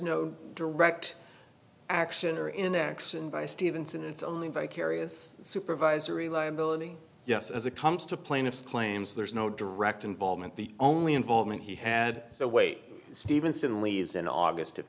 no direct action or inaction by stevenson it's only vicarious supervisory liability yes as a comes to plaintiff's claims there's no direct involvement the only involvement he had the weight stevenson leaves in august of